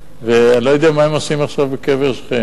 ואני לא יודע מה הם עושים עכשיו בקבר יוסף,